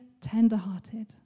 tenderhearted